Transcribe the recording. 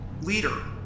Leader